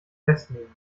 festnehmen